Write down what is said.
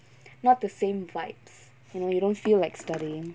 not the same vibes you know you don't feel like studying